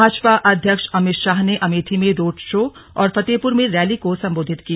भाजपा अध्यक्ष अमित शाह ने अमेठी में रोड शो और फतेहपुर में रैली को संबोधित किया